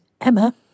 Emma